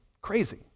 Crazy